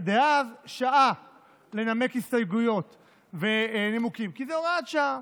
דאז שעה לנמק הסתייגויות ונימוקים כי זו הוראת שעה.